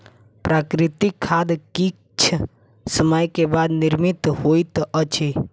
प्राकृतिक खाद किछ समय के बाद निर्मित होइत अछि